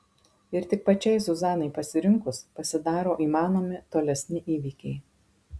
ir tik pačiai zuzanai pasirinkus pasidaro įmanomi tolesni įvykiai